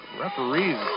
Referees